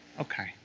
Okay